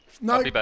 No